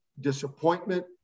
disappointment